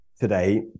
today